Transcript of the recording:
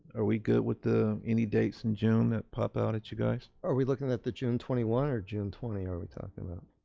are we good with any dates in june that pop out at you guys? are we looking at the june twenty one or june twenty, are we talking about,